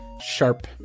sharp